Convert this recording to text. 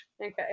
Okay